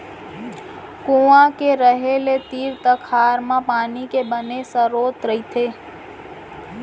कुँआ के रहें ले तीर तखार म पानी के बने सरोत रहिथे